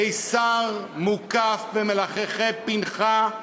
קיסר מוקף במלחכי פנכה,